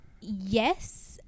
Yes